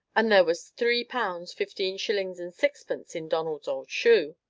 and there was three pounds, fifteen shillings, and sixpence in donald's old shoe,